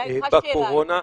בעיניי הוא השאלה העיקרית.